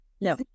no